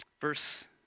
Verse